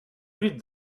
read